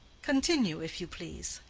con tinue, if you please,